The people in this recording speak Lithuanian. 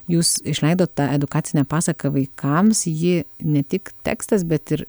jūs išleidot tą edukacinę pasaką vaikams ji ne tik tekstas bet ir